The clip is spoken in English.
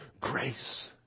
grace